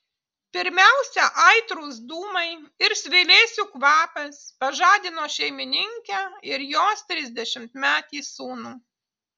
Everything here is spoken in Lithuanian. pirmiausia aitrūs dūmai ir svilėsių kvapas pažadino šeimininkę ir jos trisdešimtmetį sūnų